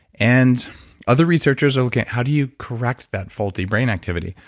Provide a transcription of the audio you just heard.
and other researchers are looking at how do you correct that faulty brain activity?